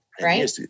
right